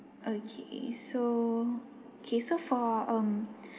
okay so okay so for um